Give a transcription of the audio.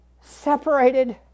separated